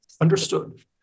Understood